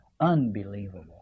Unbelievable